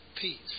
peace